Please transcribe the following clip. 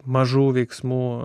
mažų veiksmų